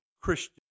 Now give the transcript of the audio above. Christian